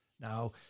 Now